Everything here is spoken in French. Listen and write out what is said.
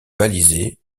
balisé